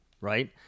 right